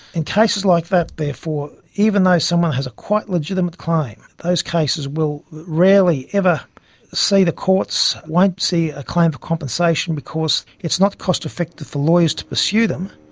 in cases like that therefore, even though someone has a quite legitimate claim, those cases will rarely ever see the courts, won't see a claim for compensation because it's not cost effective for lawyers to pursue them,